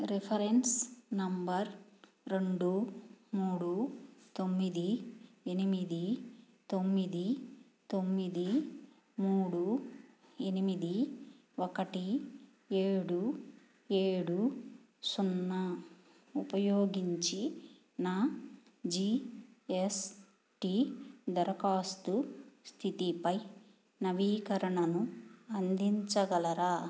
reference number రెండు మూడు తొమ్మిది ఎనిమిది తొమ్మిది తొమ్మిది మూడు ఎనిమిది ఒకటి ఏడు ఏడు సున్నా ఉపయోగించి నా జి ఎస్ టి దరఖాస్తు స్థితిపై నవీకరణను అందించగలరా